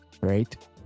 right